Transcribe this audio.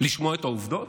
לשמוע את העובדות,